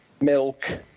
milk